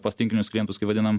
pas tinklinius klientus kaip vadinam